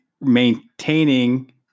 maintaining